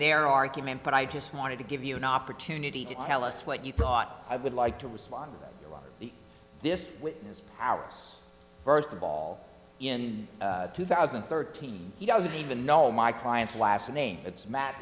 their argument but i just wanted to give you an opportunity to tell us what you thought i would like to respond to the this witness our first of all in two thousand and thirteen he doesn't even know my client's last name it's matt